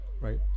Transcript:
right